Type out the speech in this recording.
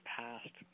past